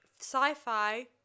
sci-fi